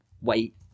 wait